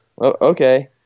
okay